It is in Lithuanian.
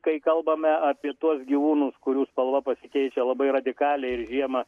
kai kalbame apie tuos gyvūnus kurių spalva pasikeičia labai radikaliai ir žiemą